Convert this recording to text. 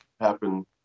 happen